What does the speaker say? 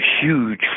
huge